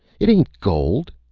it ain't gold.